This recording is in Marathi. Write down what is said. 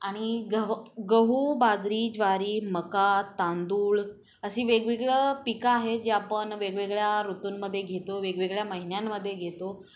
आणि गह गहू बाजरी ज्वारी मका तांदूळ अशी वेगवेगळं पिकं आहे जे आपण वेगवेगळ्या ऋतूंमध्ये घेतो वेगवेगळ्या महिन्यांमध्ये घेतो